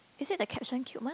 is it the caption cute mah